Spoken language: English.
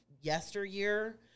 yesteryear